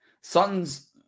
Sutton's